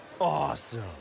Awesome